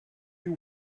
you